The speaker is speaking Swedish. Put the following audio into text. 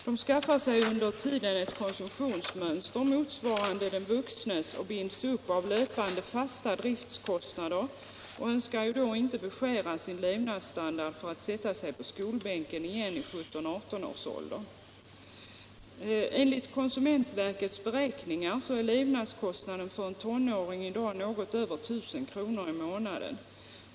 De skaffar sig under tiden ett konsumtionsmönster motsvarande den vuxnes och binds upp av löpande fasta driftskostnader, och de önskar då inte beskära sin levnadsstandard för att sätta sig på skolbänken igen i 17—18-årsåldern. Enligt konsumentverkets beräkningar är levnadskostnaden för en tonåring i dag något över 1000 kr. i månaden.